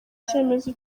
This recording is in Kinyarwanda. icyemezo